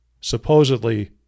supposedly